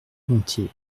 gontier